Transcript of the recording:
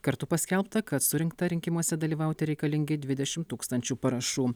kartu paskelbta kad surinkta rinkimuose dalyvauti reikalingi dvidešim tūkstančių parašų